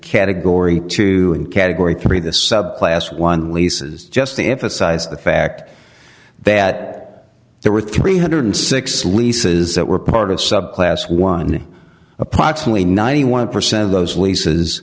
category two category three the subclass one leases just to emphasize the fact that there were three hundred and six leases that were part of subclass one approximately ninety one percent of those leases